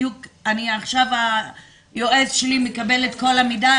בדיוק עכשיו היועץ שלי מקבל את כל המידע.